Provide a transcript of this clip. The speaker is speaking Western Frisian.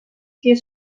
kear